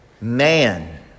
man